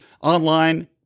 online